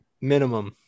Minimum